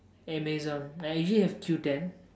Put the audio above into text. Amazon I usually have Q-ten